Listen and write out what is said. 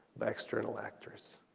by external actors,